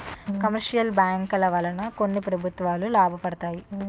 commercial బ్యాంకుల వలన కొన్ని ప్రభుత్వాలు లాభపడతాయి